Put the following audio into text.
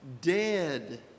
dead